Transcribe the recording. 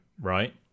right